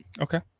Okay